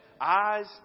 eyes